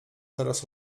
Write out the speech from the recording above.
teraz